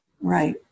right